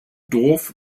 dorf